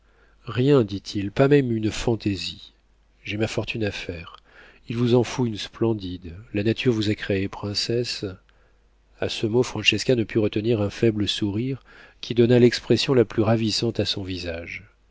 rien dit-il pas même une fantaisie j'ai ma fortune à faire il vous en faut une splendide la nature vous a créée princesse a ce mot francesca ne put retenir un faible sourire qui donna l'expression la plus ravissante à son visage